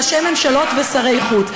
ראשי ממשלות ושרי חוץ?